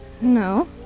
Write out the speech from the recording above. No